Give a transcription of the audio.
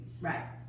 Right